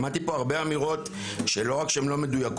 שמעתי פה הרבה אמירות שלא רק שהן לא מדויקות,